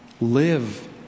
Live